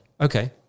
Okay